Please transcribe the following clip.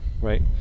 right